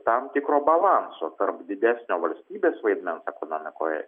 tam tikro balanso tarp didesnio valstybės vaidmens ekonomikoj